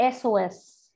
SOS